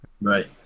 Right